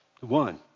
One